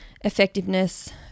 effectiveness